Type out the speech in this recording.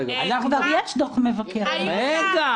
כבר יש דוח מבקר המדינה על הנושא.